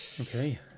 Okay